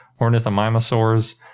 Ornithomimosaurs